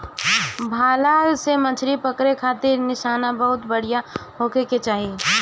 भाला से मछरी पकड़े खारित निशाना बहुते बढ़िया होखे के चाही